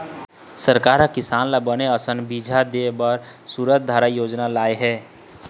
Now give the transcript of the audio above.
सरकार ह किसान ल बने असन बिजहा देय बर सूरजधारा योजना लाय हे